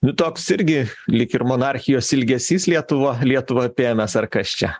nu toks irgi lyg ir monarchijos ilgesys lietuva lietuvą apėmęs ar kas čia